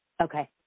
Okay